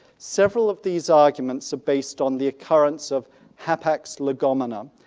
several of these arguments are based on the occurrence of hapax legomenon,